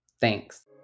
thanks